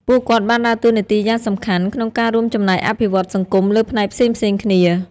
ពួកគាត់បានដើរតួនាទីយ៉ាងសំខាន់ក្នុងការរួមចំណែកអភិវឌ្ឍសង្គមលើផ្នែកផ្សេងៗគ្នា។